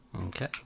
Okay